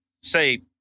say